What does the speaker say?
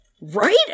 Right